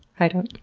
i don't.